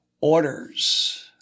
orders